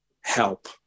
help